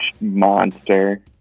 monster